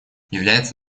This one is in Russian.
является